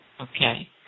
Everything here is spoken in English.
Okay